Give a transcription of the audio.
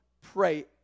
pray